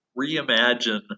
reimagine